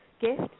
gift